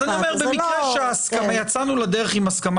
אני אומר שבמקרה שיצאנו לדרך עם הסכמה